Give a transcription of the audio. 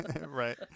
Right